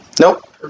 Nope